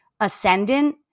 ascendant